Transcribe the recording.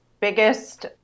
biggest